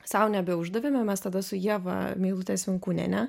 sau nebeuždavėme mes tada su ieva meilute svinkūniene